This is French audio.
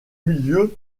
milieu